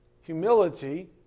humility